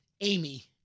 Amy